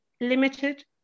limited